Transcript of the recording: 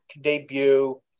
debut